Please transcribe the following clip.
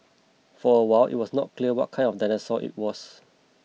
for a while it was not clear what kind of dinosaur it was